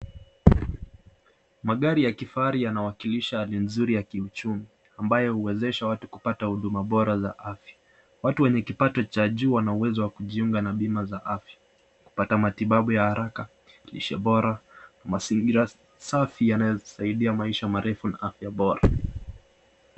Magari ya kifahari yanawakilisha hali nzuri ya kiuchumi ambayo huwezesha watu kupata huduma bora za afya. Watu wenye kipato cha juu wana uwezo wa kujiunga na bima za afya ,kupata matibabu ya haraka, lishe bora, mazingira safi yanayosaidia maisha marefu na afya bora.